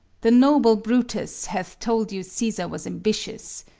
the noble brutus hath told you caesar was ambitious.